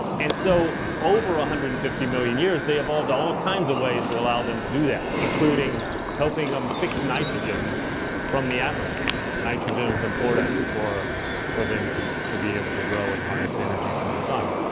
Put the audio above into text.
and so over one ah hundred and fifty million years, they evolved all kinds of ways to allow them to do that, including helping them fix nitrogen from the atmosphere. nitrogen is important for for them to to be able to grow and harness the energy from the sun.